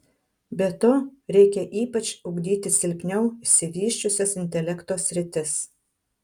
be to reikia ypač ugdyti silpniau išsivysčiusias intelekto sritis